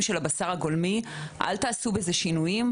של הבשר הגולמי אל תעשו בזה שינויים,